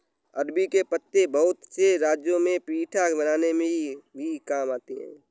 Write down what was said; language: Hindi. अरबी के पत्ते बहुत से राज्यों में पीठा बनाने में भी काम आते हैं